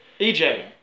EJ